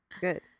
good